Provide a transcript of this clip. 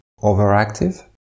overactive